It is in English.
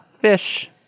fish